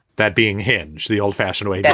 that being hinche the old fashioned way, yeah